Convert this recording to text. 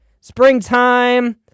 springtime